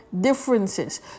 differences